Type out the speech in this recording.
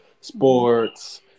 sports